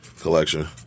collection